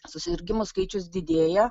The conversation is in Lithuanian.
susirgimų skaičius didėja